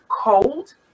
cold